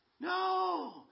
No